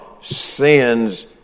sin's